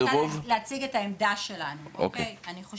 רוב --- אני קודם רוצה להציג את העמדה שלנו,